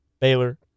Baylor